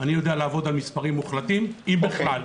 אני יודע לעבוד על מספרים מוחלטים, אם בכלל.